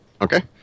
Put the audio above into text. Okay